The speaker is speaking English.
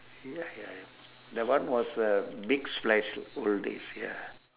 ya ya ya that one was a big splash old days ya